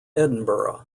edinburgh